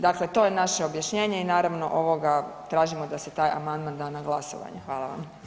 Dakle, to je naše objašnjenje i naravno ovoga tražimo da se taj amandman da na glasovanje.